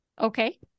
Okay